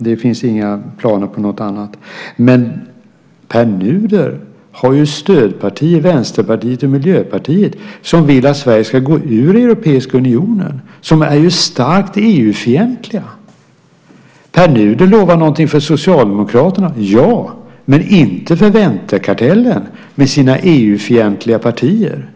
Det finns inga planer på något annat. Men Pär Nuder har ju stödpartier, Vänsterpartiet och Miljöpartiet, som vill att Sverige ska gå ur Europeiska unionen, som är starkt EU-fientliga. Pär Nuder lovar någonting för Socialdemokraterna, ja, men inte för vänsterkartellen, med sina EU-fientliga partier.